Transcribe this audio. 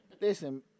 Listen